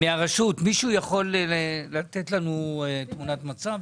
מישהו מהרשות יכול לתת לנו תמונת מצב?